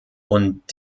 und